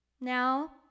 now